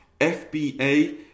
FBA